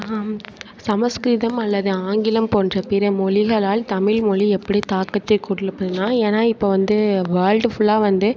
சம்ஸ்கிருதம் அல்லது ஆங்கிலம் போன்ற பிற மொழிகளால் தமிழ் மொழி எப்படி தாக்கத்திற்கு ஏன்னா இப்போ வேல்டு ஃபுல்லாக வந்து